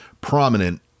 prominent